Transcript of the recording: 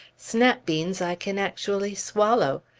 snap beans i can actually swallow,